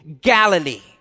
Galilee